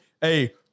Hey